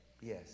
Yes